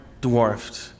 dwarfed